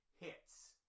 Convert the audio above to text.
hits